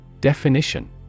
Definition